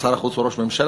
שר החוץ הוא ראש הממשלה,